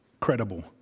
credible